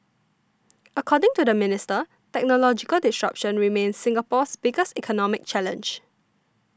according to the minister technological disruption remains Singapore's biggest economic challenge